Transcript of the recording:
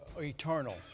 eternal